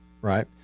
right